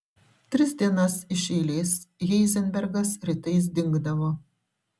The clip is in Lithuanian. tris dienas iš eilės heizenbergas rytais dingdavo